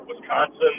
Wisconsin